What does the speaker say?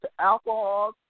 alcohol